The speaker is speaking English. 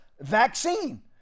vaccine